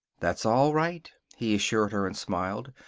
that's all right, he assured her, and smiled.